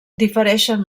difereixen